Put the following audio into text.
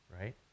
right